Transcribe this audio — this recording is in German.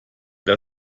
der